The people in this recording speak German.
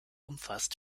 umfasst